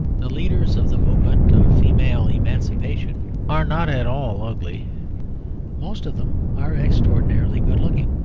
the leaders of the movement of female emancipation are not at all ugly most of them are extraordinarily good-looking.